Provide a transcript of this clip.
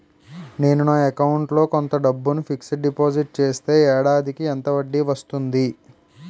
నేను నా అకౌంట్ లో కొంత డబ్బును ఫిక్సడ్ డెపోసిట్ చేస్తే ఏడాదికి ఎంత వడ్డీ వస్తుంది?